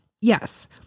yes